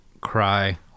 cry